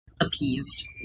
appeased